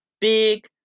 big